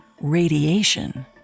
Radiation